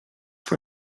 for